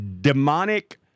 demonic